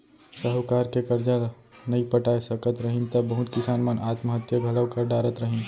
साहूकार के करजा नइ पटाय सकत रहिन त बहुत किसान मन आत्म हत्या घलौ कर डारत रहिन